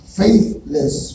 faithless